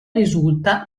risulta